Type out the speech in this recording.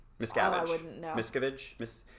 Miscavige